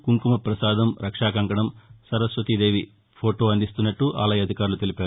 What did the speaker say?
కుంకుమ ప్రసాదం రక్షాకంకణం సరస్వతీదేవి ఫోటో అందిస్తున్నట్లు ఆలయ అధికారులు తెలిపారు